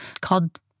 called